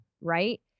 right